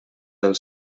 del